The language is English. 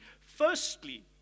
firstly